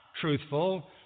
truthful